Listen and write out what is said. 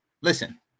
listen